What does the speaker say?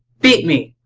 beat me!